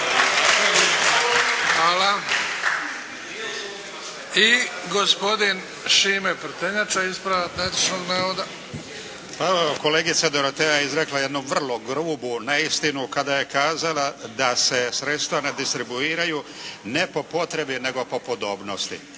netočnog navoda. **Prtenjača, Šime (HDZ)** Hvala. Kolegica Dorotea je izrekla jednu vrlo grubu neistinu kada je kazala da se sredstva ne distribuiraju ne po potrebi nego po podobnosti.